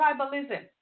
Tribalism